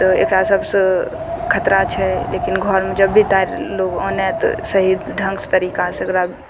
एकरा सबसँ खतरा छै लेकिन घरमे जब भी तार लोग आनय तऽ सही ढङ्गसँ तरीकासँ ओकरा